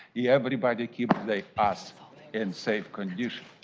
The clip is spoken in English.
yeah everybody keep passing and safe conditions.